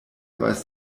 weiß